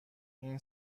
این